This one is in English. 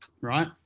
right